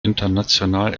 international